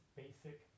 basic